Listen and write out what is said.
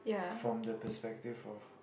from the perspective of